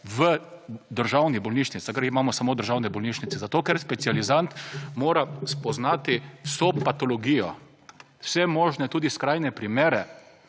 v državnih bolnišnicah, / nerazumljivo/ jih imamo samo v državni bolnišnici. Zato ker specializant mora spoznati vso patologijo, vse možne, tudi skrajne primere,